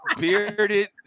Bearded